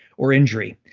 or injury,